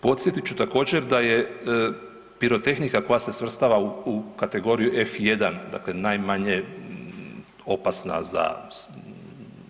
Podsjetit ću također da je pirotehnika koja se svrstava u kategoriju F-1, dakle najmanje opasna za